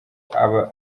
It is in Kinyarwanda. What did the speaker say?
aba